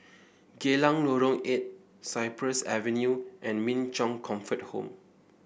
Geylang Lorong Eight Cypress Avenue and Min Chong Comfort Home